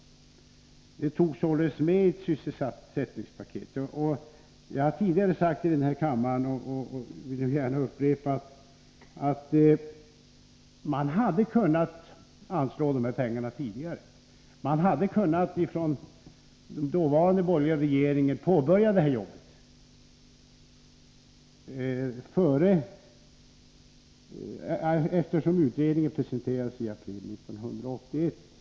Det arbetet togs således med i ett sysselsättningspaket. Jag har tidigare sagt här i kammaren och vill nu gärna upprepa, att man hade kunnat anslå dessa pengar tidigare. Man hade från den dåvarande borgerliga regeringens sida kunnat påbörja det här arbetet, eftersom utredningen presenterades i april 1981.